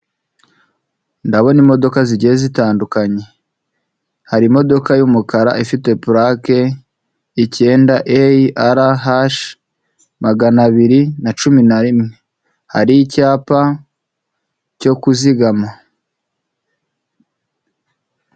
Ndabona imodoka zigiye zitandukanye, hari imodoka y'umukara ifite purake ikenda eyi ara hashi magana abiri na cumi na rimwe hari icyapa cyo kuzigama.